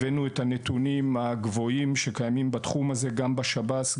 הבאנו את הנתונים הגבוהים שקיימים בתחום הזה גם בשב"ס,